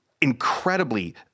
incredibly